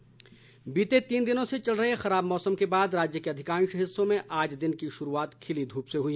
मौसम बीते तीन दिनों से चल रहे खराब मौसम के बाद राज्य के अधिकांश हिस्सों में आज दिन की शुरूआत खिली धूप से हुई